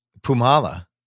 Pumala